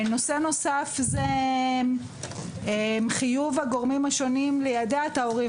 נושא נוסף הוא חיוב הגורמים השונים ליידע את ההורים